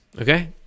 okay